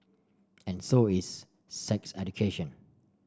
and so is sex education